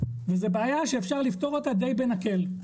וזו בעיה שאפשר לפתור אותה די בנקל,